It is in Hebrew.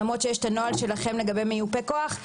למרות שיש את הנוהל שלכם לגבי מיופה כוח.